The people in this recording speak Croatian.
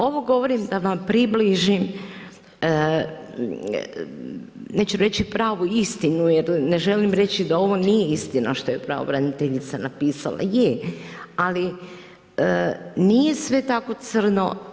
Ovo govorim da vam približim, neću reći pravu istinu jer ne želim reći da ovo nije istina što je pravobraniteljica napisala, je, ali nije sve tako crno.